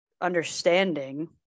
understanding